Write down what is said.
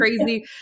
crazy